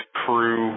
crew